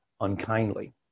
unkindly